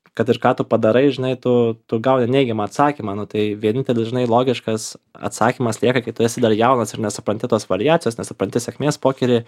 kad ir ką tu padarai žinai tu tu gauni neigiamą atsakymą tai vienintelis žinai logiškas atsakymas lieka kai tu esi dar jaunas ir nesupranti tos variacijos nesupranti sėkmės pokery